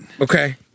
Okay